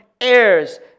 heirs